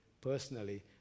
personally